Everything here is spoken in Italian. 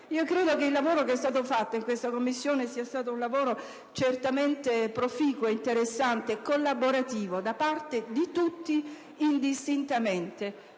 Io credo che il lavoro svolto in questa Commissione sia stato certamente proficuo, interessante e collaborativo, da parte di tutti indistintamente.